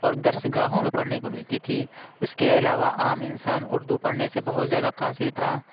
اور درس گاہوں میں پڑھنے کو ملتی تھی اُس کے علاوہ عام انسان اُردو پڑھنے سے بہت زیادہ قاصر تھا